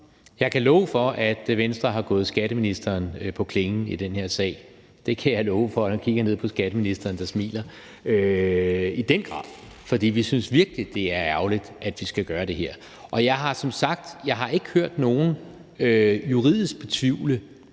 Jeg kan love for, at Venstre er gået skatteministeren på klingen i den her sag – i den grad, det kan jeg love for, og nu kigger jeg ned på skatteministeren, der smiler – for vi synes virkelig, det er ærgerligt, at vi skal gøre det her. Jeg har som sagt ikke hørt nogen juridisk betvivle,